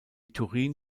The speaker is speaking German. turin